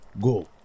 go